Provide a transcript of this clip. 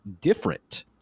different